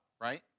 right